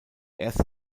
erste